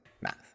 Math